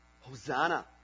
Hosanna